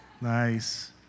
Nice